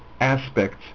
aspects